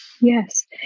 Yes